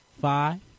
Five